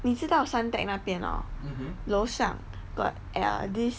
你知道 suntec 那边 hor 楼上 got err this